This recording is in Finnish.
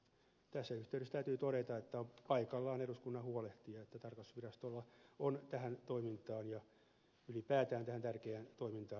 tässä yhteydessä täytyy todeta että on paikallaan että eduskunta huolehtii siitä että tarkastusvirastolla on tähän toimintaan ja ylipäätään tähän tärkeään toimintaan riittävät resurssit